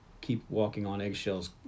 keep-walking-on-eggshells